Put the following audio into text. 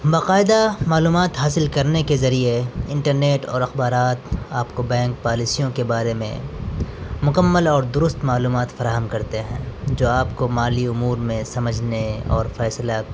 باقاعدہ معلومات حاصل کرنے کے ذریعے انٹرنیٹ اور اخبارات آپ کو بینک پالیسیوں کے بارے میں مکمل اور درست معلومات فراہم کرتے ہیں جو آپ کو مالی امور میں سمجھنے اور فیصلہ